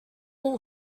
will